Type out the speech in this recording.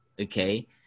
okay